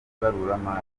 ibaruramari